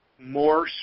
more